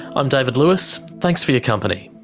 i'm david lewis, thanks for your company